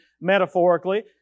metaphorically